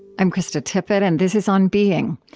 i'm krista tippett, and this is on being.